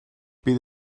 bydd